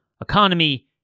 economy